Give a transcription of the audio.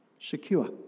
secure